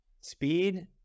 speed